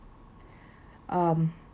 um